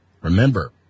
Remember